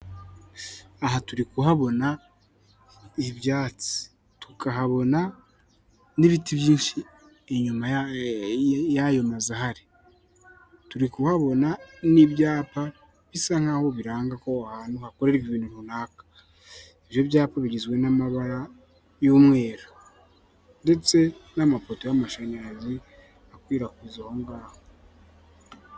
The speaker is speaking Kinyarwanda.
Aha turi kuhabona ibyatsi, tukahabona n'ibiti byinshi inyuma y'ayo mazu ahari, turi kuhabona n'ibyapa bisa nkaho biranga ko ahantu hakorerwa ibintu runaka, ibyo byapa bigizwe n'amabara y'umweru ndetse n'amapoto y'amashanyarazi akwirakwiza ahongaho.